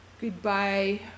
Goodbye